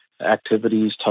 activities